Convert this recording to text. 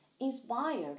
Inspired